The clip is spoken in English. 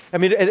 i mean,